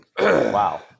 Wow